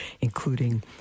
including